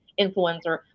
influencer